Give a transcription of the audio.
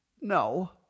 No